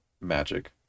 magic